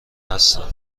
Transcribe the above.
هستم